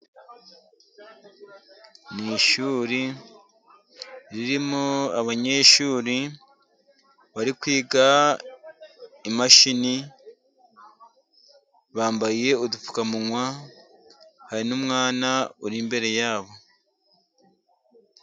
N'ishuri ririmo abanyeshuri bari kwiga imashini bambaye udupfukamunwa, hari n'umwana uri imbere yabo.